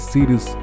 Series